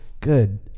Good